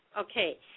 okay